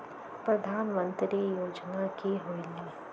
प्रधान मंत्री योजना कि होईला?